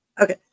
okay